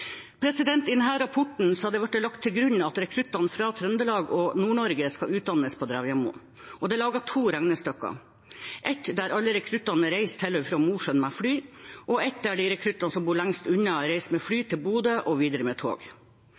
I denne rapporten har det blitt lagt til grunn at rekruttene fra Trøndelag og Nord-Norge skal utdannes på Drevjamoen. Det er laget to regnestykker: ett der alle rekruttene reiser til og fra Mosjøen med fly, og ett der de rekruttene som bor lengst unna, reiser med fly til Bodø og videre med tog.